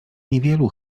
niewielu